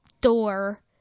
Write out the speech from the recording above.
door